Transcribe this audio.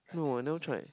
no I never tried